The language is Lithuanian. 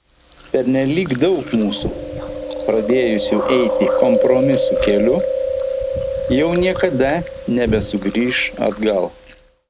pernelyg daug mūsų pradėjusių eiti kompromisų keliu jau niekada nebesugrįš atgal